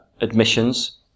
admissions